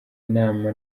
inama